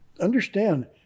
understand